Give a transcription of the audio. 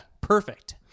perfect